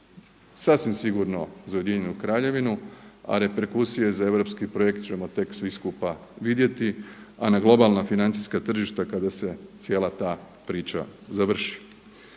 sasvim sigurno za Ujedinjenu Kraljevinu a reperkusije za europski projekt ćemo tek svi skupa vidjeti a na globalna financijska tržišta kada se cijela ta priča završi.